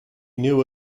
knew